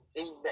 amen